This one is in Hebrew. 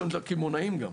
אין שם קמעונאים גם.